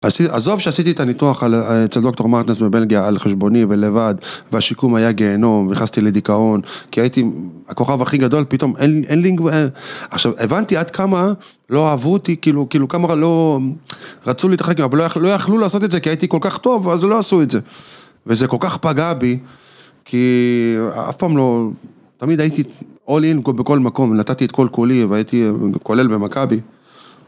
עזוב שעשיתי את הניתוח אצל דוקטור מארטנס בבלגיה על חשבוני ולבד והשיקום היה גאנום, נכנסתי לדיכאון כי הייתי הכוכב הכי גדול, פתאום אין לי אין לי אין עכשיו הבנתי עד כמה לא אהבו אותי כאילו כאילו כמה לא רצו להתאחר, אבל לא יכלו לעשות את זה כי הייתי כל כך טוב, אז לא עשו את זה וזה כל כך פגע בי כי אף פעם לא תמיד הייתי אול אין בכל מקום, נתתי את כל כולי והייתי כולל במכבי